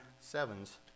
sevens